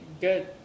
good